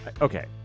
okay